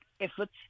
efforts